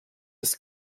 ist